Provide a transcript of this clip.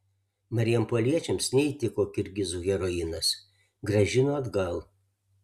marijampoliečiams neįtiko kirgizų heroinas grąžino atgal